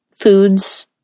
foods